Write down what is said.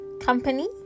company